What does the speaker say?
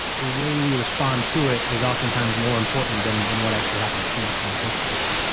the way we respond to it is oftentimes more important than than what actually happens to us in the first place.